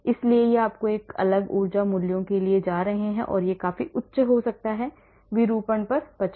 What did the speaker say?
इसलिए यह आपको एक अलग ऊर्जा मूल्यों के लिए जा रहे हैं और यह काफी उच्च हो सकता है विरूपण पर बचाव